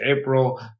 April